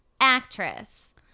actress